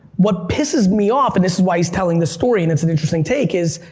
what pisses me off, and this is why he's telling this story, and it's an interesting take is,